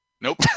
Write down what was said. Nope